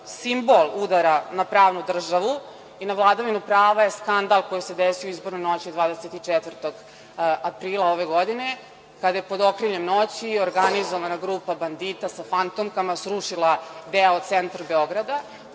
simbol udara na pravnu državu i na vladavinu prava je skandal koji se desio u izbornoj noći 24. aprila ove godine, kada je pod okriljem noći i organizovana grupa bandita sa fantomkama srušila deo centra Beograda.